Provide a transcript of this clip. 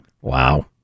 Wow